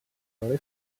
roli